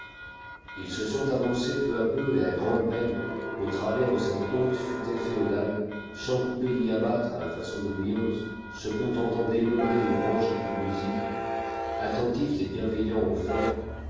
ils se sont avancés peu à peu et à grande peine au travers de cette haute futaie féodale sans couper ni abattre à la façon de louis xi se contentant d'émondcr les branches les plus nuisibles attentifs et bienveillants aux faibles